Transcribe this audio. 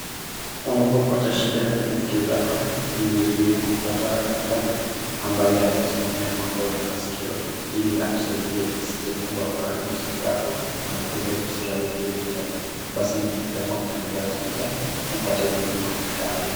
Unapopata shida kwenye sikio lako ni vizuri kupata daktari ambaye amesomea mambo ya masikio, ili akusaidie isije kwamba ukaharibu sikio yako na ukose kuskia vizuri tena. Basi ni vyema kutembelea hospitali na upate huduma ifaayo.